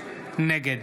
נגד